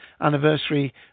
anniversary